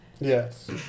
Yes